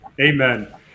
Amen